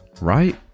Right